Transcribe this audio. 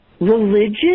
religion